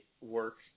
work